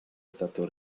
stato